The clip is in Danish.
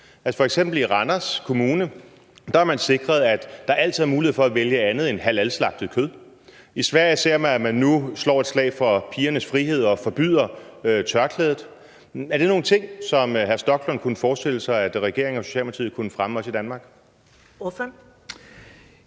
har man i Randers Kommune sikret, at der altid er mulighed for at vælge andet end halalslagtet kød. I Sverige ser man, at man nu slår et slag for pigernes frihed og forbyder tørklædet. Er det nogle ting, som hr. Rasmus Stoklund kunne forestille sig at regeringen og Socialdemokratiet kunne fremme, også i Danmark?